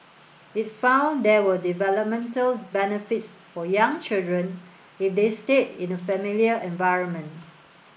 it found there were developmental benefits for young children if they stayed in a familiar environment